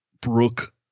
Brooke